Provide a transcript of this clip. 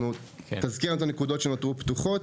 תזכיר לנו את הנקודות שנותרו פתוחות.